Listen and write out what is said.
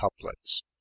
couplets